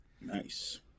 Nice